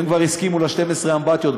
הם כבר הסכימו ל-12 אמבטיות,